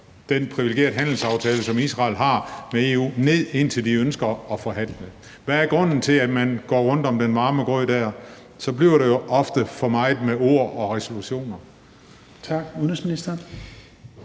den privilegerede handelsaftale, som Israel har med EU, ned, indtil Israel ønsker at forhandle? Hvad er grunden til, at man går rundt om den varme grød der? Så bliver det jo ofte for meget med ord og resolutioner. Kl. 17:00 Tredje